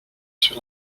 sur